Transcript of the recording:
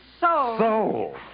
soul